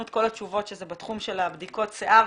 את כל התשובות שזה בתחום של בדיקות השיער,